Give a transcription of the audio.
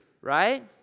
Right